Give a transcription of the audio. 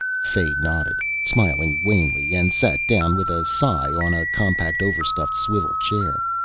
fay nodded, smiled wanly and sat down with a sigh on a compact overstuffed swivel chair.